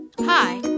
hi